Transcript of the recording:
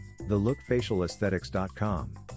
thelookfacialaesthetics.com